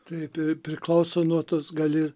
taip i priklauso nuo tos gali